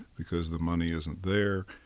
because the money isn't there,